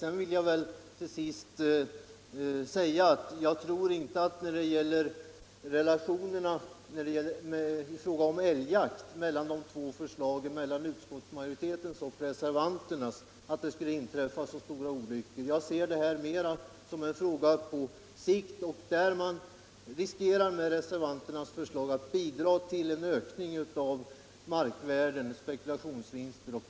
Sedan tror jag inte att relationerna mellan utskottsmajoritetens och reservanternas förslag när det gäller älgjakten är sådana att det skall behöva inträffa några större olyckor. Jag ser detta närmast som en fråga på sikt, och då anser jag att man med reservanternas förslag bidrar till en ökning av markvärden och spekulationsvinster.